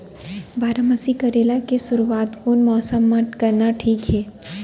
बारामासी करेला के शुरुवात कोन मौसम मा करना ठीक हे?